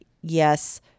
yes